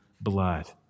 blood